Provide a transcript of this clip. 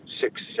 six